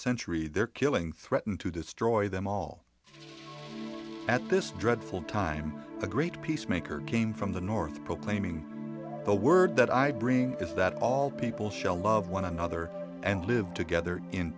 century their killing threatened to destroy them all at this dreadful time the great peacemaker came from the north proclaiming the word that i bring is that all people shall love one another and live together in